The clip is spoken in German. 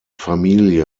familie